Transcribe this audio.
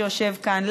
שיושב כאן,